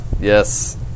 Yes